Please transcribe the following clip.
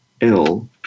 ill